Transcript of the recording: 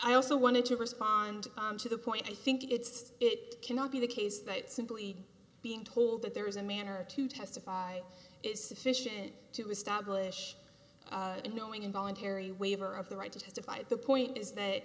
i also wanted to respond to the point i think it's it cannot be the case that simply being told that there is a manner to testify is sufficient to establish and knowing involuntary waiver of the right to testify at the point is that